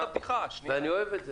ואני אוהב את זה.